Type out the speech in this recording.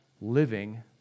living